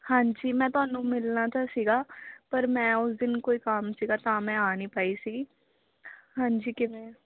ਹਾਂਜੀ ਮੈਂ ਤੁਹਾਨੂੰ ਮਿਲਣਾ ਤਾਂ ਸੀਗਾ ਪਰ ਮੈਂ ਉਸ ਦਿਨ ਕੋਈ ਕੰਮ ਸੀਗਾ ਤਾਂ ਮੈਂ ਆ ਨਹੀਂ ਪਾਈ ਸੀਗੀ ਹਾਂਜੀ ਕਿਵੇਂ